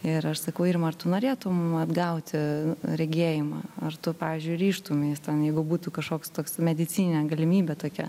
ir aš sakau irma ar tu norėtum atgauti regėjimą ar tu pavyzdžiui ryžtumeis ten jeigu būtų kažkoks toks medicininė galimybė tokia